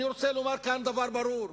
אני רוצה לומר כאן דבר ברור: